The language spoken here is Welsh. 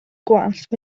gwallt